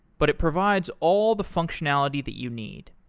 but it provides all the functionality that you need.